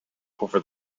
over